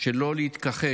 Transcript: שלא להתכחש,